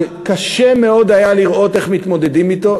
שקשה מאוד היה לראות איך מתמודדים אתו,